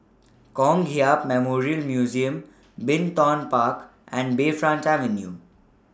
Kong Hiap Memorial Museum Bin Tong Park and Bayfront Avenue